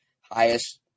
highest